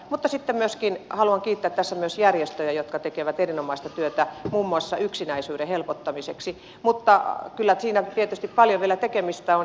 mutta sitten haluan kiittää tässä myös järjestöjä jotka tekevät erinomaista työtä muun muassa yksinäisyyden helpottamiseksi mutta kyllä siinä tietysti paljon vielä tekemistä on